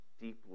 deeply